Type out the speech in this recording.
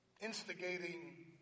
instigating